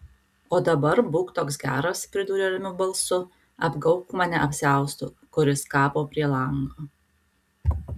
o dabar būk toks geras pridūrė ramiu balsu apgaubk mane apsiaustu kuris kabo prie lango